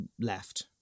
left